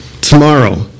Tomorrow